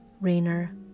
Rainer